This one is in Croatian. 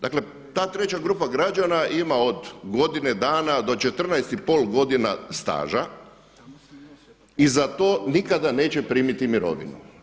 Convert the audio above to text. Dakle ta treća grupa građana ima od godine dana do 14,5 godina staža i za to nikada neće primiti mirovinu.